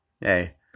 hey